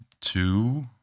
two